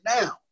now